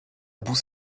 boue